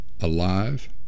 alive